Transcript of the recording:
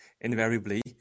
invariably